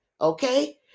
okay